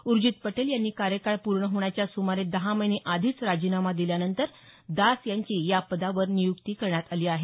उर्जित पटेल यांनी कार्यकाळ पूर्ण होण्याच्या सुमारे दहा महिने आधीच राजीनामा दिल्यानंतर दास यांची या पदावर नियुक्ती करण्यात आली आहे